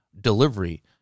delivery